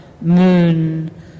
moon